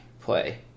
play